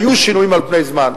היו שינויים על פני זמן,